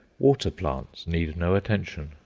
water-plants need no attention.